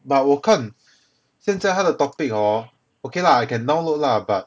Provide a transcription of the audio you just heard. but 我看现在他的 topic hor okay lah I can download lah but